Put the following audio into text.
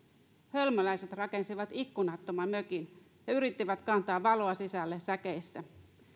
hölmöläiset rakensivat ikkunattoman mökin ja yrittivät kantaa valoa sisälle säkeissä